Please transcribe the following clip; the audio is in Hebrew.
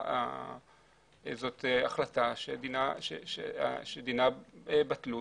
זו החלטה שדינה בטלות.